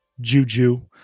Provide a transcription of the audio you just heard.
Juju